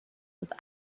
with